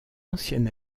ancienne